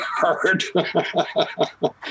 hard